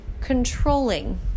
controlling